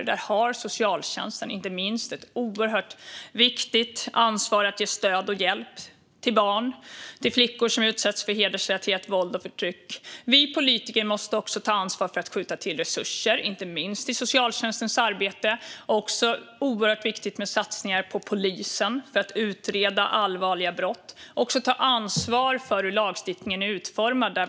Inte minst har socialtjänsten ett viktigt ansvar att ge stöd och hjälp till bland andra flickor som utsätts för hedersrelaterat våld och förtyck. Vi politiker måste ta ansvar för att skjuta till resurser, inte minst till socialtjänstens arbete. Det är också viktigt med satsningar på polisen så att allvarliga brott kan utredas. Vi måste också ta ansvar för lagstiftningens utformning.